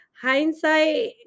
hindsight